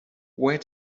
where